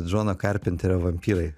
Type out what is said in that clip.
džono karpinterio vampyrai